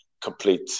complete